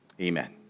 Amen